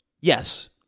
yes